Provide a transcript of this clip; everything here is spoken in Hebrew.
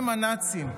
הם הנאצים.